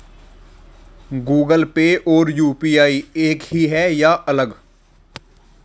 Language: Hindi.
गूगल पे और यू.पी.आई एक ही है या अलग?